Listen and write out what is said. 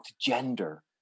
gender